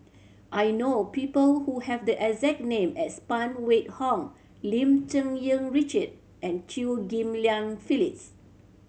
I know people who have the exact name as Phan Wait Hong Lim Cherng Yih Richard and Chew Ghim Lian Phyllis